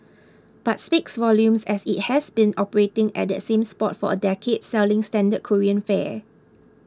but speaks volumes as it has been operating at that same spot for a decade selling standard Korean fare